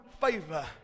favor